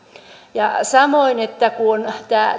ja samoin kun